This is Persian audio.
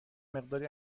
مقداری